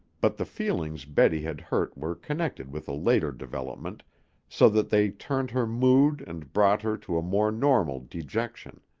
but the feelings betty had hurt were connected with a later development so that they turned her mood and brought her to a more normal dejection.